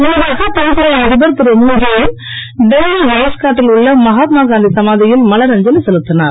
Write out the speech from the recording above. முன்னதாக தென்கொரிய அதிபர் திருழுன் ஜே இன் டில்லி ராத்காட் டில் உள்ள மகாத்மா காந்தி சமாதியில் மலர் அஞ்சலி செலுத்திஞர்